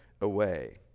away